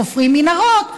חופרים מנהרות.